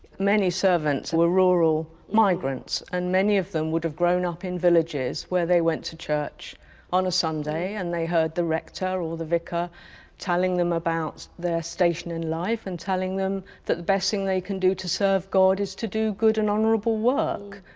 many servants were rural migrants, and many of them would have grown up in villages where they went to church on a sunday and they heard the rector or the vicar telling them about their station in life and telling them that the best thing they can do to serve god is to do good and honourable work,